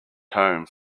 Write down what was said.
home